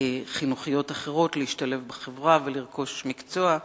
חינוכיות אחרות, להשתלב בחברה ולרכוש מקצוע.